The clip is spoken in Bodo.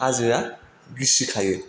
हाजोया गिसिखायो